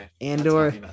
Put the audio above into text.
Andor